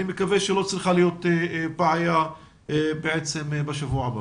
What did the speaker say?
אני מקווה שלא צריכה להיות בעיה בשבוע הבא.